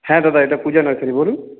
হ্যাঁ দাদা এটা পূজা নার্সারি বলুন